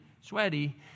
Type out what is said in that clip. sweaty